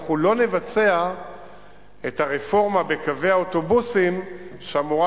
אנחנו לא נבצע את הרפורמה בקווי האוטובוסים שאמורה